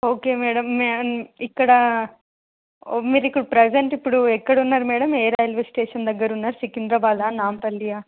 okay madam ఇక్కడ మీరు ఇప్పుడు ప్రెసెంట్ ఇప్పుడు ఎక్కడ ఉన్నారు మ్యాడమ్ ఏ రైల్వే స్టేషన్ దగ్గర ఉన్నారు సికింద్రాబాద్ నాంపల్లియా